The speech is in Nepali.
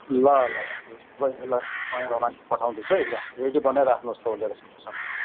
ल ल बहिनी ल म एउटा मान्छे पठाउँदैछु है ल रेडी बनाइ राख्नुहोस् तौलिर सब सामानहरू